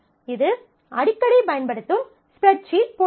இது அடிக்கடி பயன்படுத்தும் ஸ்ப்ரட் ஷீட் போன்றது